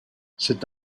c’est